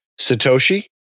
Satoshi